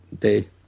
day